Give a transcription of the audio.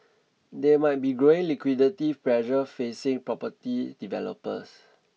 there might be growing liquidity pressure facing property developers